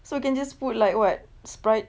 so you can just put like what Sprite